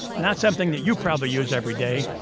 not something that you probably use every day,